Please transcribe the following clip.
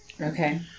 Okay